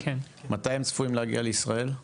מתי הם צפויים להגיע לישראל?